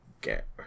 get